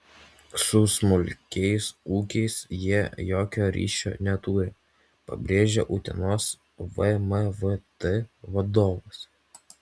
su smulkiais ūkiais jie jokio ryšio neturi pabrėžė utenos vmvt vadovas